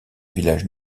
village